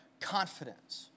confidence